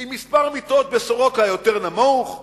עם מספר מיטות ב"סורוקה" יותר נמוך,